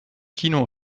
kino